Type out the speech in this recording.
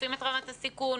משתפים את רמת הסיכון,